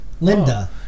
Linda